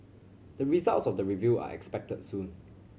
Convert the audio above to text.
the results of the review are expected soon